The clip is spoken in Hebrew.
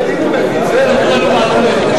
הסעות תלמידים ביישובים הלא-מוכרים בנגב,